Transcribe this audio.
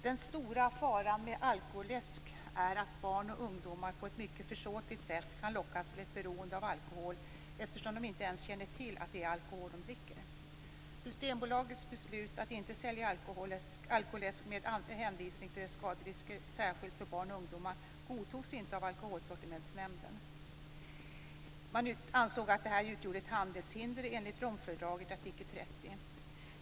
Den stora faran med alkoläsk är att barn och ungdomar på ett mycket försåtligt sätt kan lockas till ett beroende av alkohol, eftersom de inte ens känner till att det är alkohol de dricker. Systembolagets beslut att inte sälja alkoläsk med hänvisning till dess skaderisker särskilt för barn och ungdomar godtogs inte av Alkoholsortimentsnämnden. Man ansåg att beslutet utgjorde ett handelshinder enligt Romfördragets artikel 30.